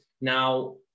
Now